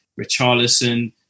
Richarlison